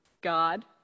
God